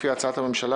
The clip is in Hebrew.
לפי הצעת הממשלה,